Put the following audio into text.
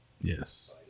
Yes